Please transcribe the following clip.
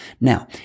Now